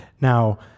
Now